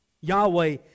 Yahweh